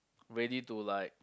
ready to like